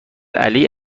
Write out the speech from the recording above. علی